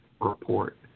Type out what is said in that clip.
report